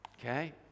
Okay